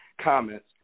comments